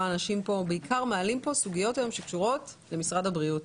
שהאנשים כאן מעלים סוגיות שקשורות למשרד הבריאות